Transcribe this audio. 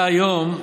שהאימא חשה בימים